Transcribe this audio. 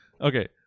okay